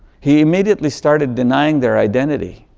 he immediately started denying their identity.